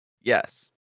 Yes